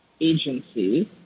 agencies